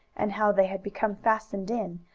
and how they had become fastened in,